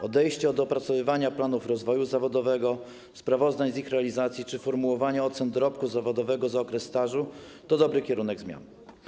Odejście od opracowywania planów rozwoju zawodowego, sprawozdań z ich realizacji czy formułowania ocen dorobku zawodowego za okres stażu to dobry kierunek zmian.